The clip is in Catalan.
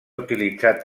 utilitzat